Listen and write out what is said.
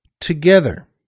together